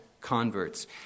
converts